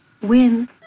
Win